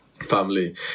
family